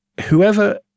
whoever